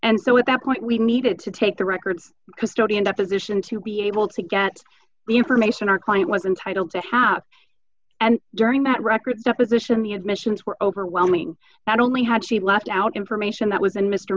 and so at that point we needed to take the records custodian deposition to be able to get the information our client was entitled to have and during that record deposition the admissions were overwhelming that only had she left out information that was in mr